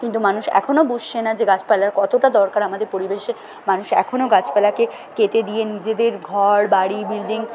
কিন্তু মানুষ এখনও বুঝছে না যে গাছপালার কতটা দরকার আমাদের পরিবেশে মানুষ এখনও গাছপালাকে কেটে দিয়ে নিজেদের ঘর বাড়ি বিল্ডিং